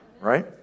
Right